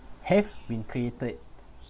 have been created